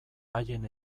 haien